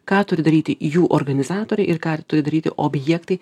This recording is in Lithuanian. ką turi daryti jų organizatoriai ir ką turi daryti objektai